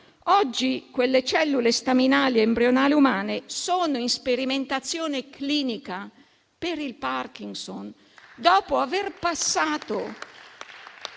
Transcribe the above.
oggi quelle cellule staminali embrionali umane sono in sperimentazione clinica per il morbo di Parkinson, dopo aver passato